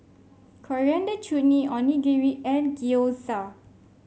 Coriander Chutney Onigiri and Gyoza